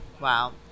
Wow